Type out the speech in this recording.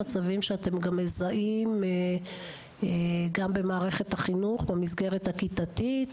מצבים שאתם גם מזהים במערכת החינוך במסגרת הכיתתית?